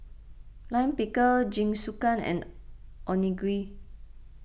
Lime Pickle Jingisukan and Onigiri